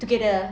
together